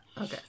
Okay